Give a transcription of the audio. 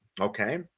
Okay